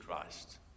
Christ